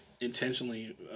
intentionally